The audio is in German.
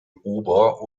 ober